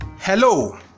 hello